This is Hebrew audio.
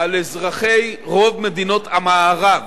על אזרחי רוב מדינות המערב